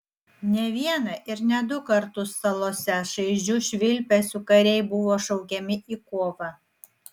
ne vieną ir ne du kartus salose šaižiu švilpesiu kariai buvo šaukiami į kovą